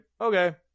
okay